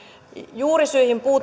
juurisyihin puuttumisessa